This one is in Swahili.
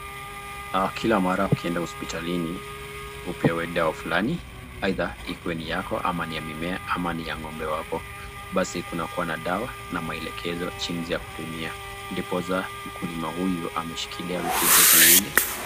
Kila mara ukienda hospitalini upewe dawa fulani aidha ni yako ama ya mimea ama ni ya ngombe wako, basi kunakuwa na dawa na maelezo jinsi ya kutumia ndioosa mkulima huyu ameshikilia vitu hizo viwili.